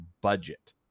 budget